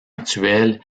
actuel